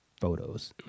photos